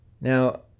Now